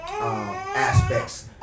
aspects